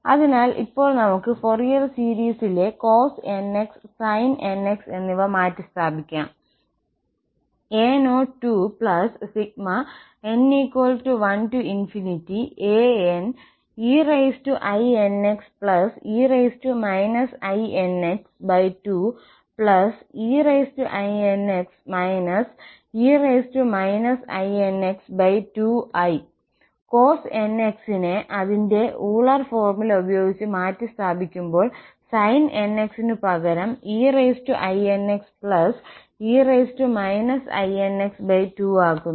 അതിനാൽ ഇപ്പോൾ നമുക്ക് ഫോറിയർ സീരീസിലെ cos nx sin nx എന്നിവ മാറ്റിസ്ഥാപിക്കാം a02n1aneinxe inx2einx e inx2i cos nx നെ അതിന്റെ Euler ഫോർമുല ഉപയോഗിച്ച് മാറ്റിസ്ഥാപിക്കുമ്പോൾ sin nx നു പകരം einxe inx2 ആക്കുന്നു